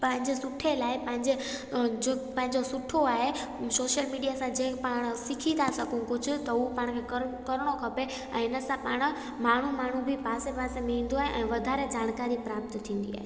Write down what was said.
पंहिंजे सुठे लाइ पंहिंजे जो पंहिंजो सुठो आहे सोशल मिडिया असांजे पाणि सिखी था सघूं कुझु त उहो पाण खे क करिणो खपे ऐं हिन सां पाणि माण्हू माण्हू बि पासे पासे में ईंदो आहे ऐं वधारे जानकारी प्राप्त थींदी आहे